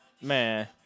Man